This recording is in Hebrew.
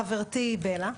של חברתי בלה.